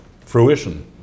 fruition